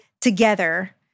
together